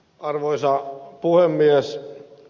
arvoisa puhemies